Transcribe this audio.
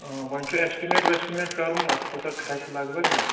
وۄنۍ چھُ اٮ۪ٮسٹِمیٹ وٮ۪سٹِمیٹ کَرُن اَتھ کوٗتاہ کھَسہِ لگ بگ نہ